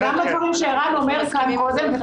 אנחנו מסכימים עם זה לחלוטין.